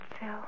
Phil